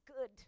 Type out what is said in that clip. good